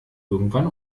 irgendwann